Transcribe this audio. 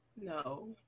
No